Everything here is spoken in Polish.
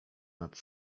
nad